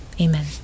amen